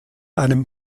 einem